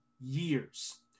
years